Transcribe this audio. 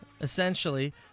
essentially